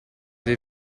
dei